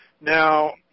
Now